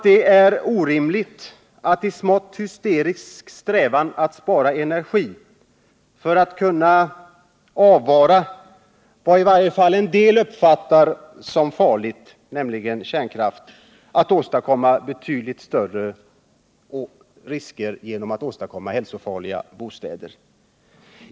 Det är orimligt att i en smått hysterisk strävan att spara energi för att kunna avvara vad i varje fall en del människor uppfattar som farligt, nämligen kärnkraft, skapa betydligt större risker genom att åstadkomma hälsofarliga bostäder.